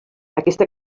aquesta